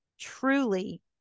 truly